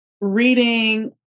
reading